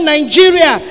Nigeria